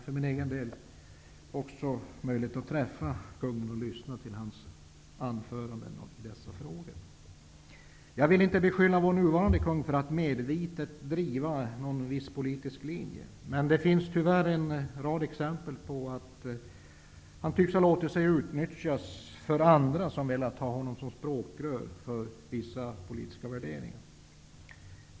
För egen del hade jag möjlighet att träffa kungen och lyssna till hans anföranden i dessa frågor. Jag vill inte beskylla vår nuvarande kung för att medvetet driva en viss politisk linje. Tyvärr finns det en rad exempel på att han tycks ha låtit sig utnyttjas av andra som velat ha honom som språkrör för vissa politiska värderingar.